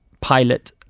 pilot